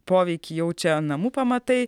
poveikį jaučia namų pamatai